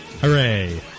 Hooray